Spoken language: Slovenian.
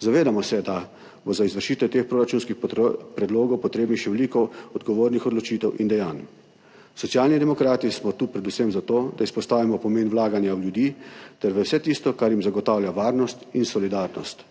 Zavedamo se, da bo za izvršitev teh proračunskih predlogov potrebnih še veliko odgovornih odločitev in dejanj. Socialni demokrati smo tu predvsem zato, da izpostavimo pomen vlaganja v ljudi ter v vse tisto, kar jim zagotavlja varnost in solidarnost.